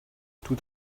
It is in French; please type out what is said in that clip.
tout